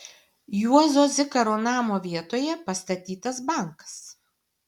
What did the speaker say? juozo zikaro namo vietoje pastatytas bankas